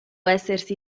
essersi